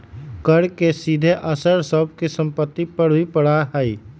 कर के सीधा असर सब के सम्पत्ति पर भी पड़ा हई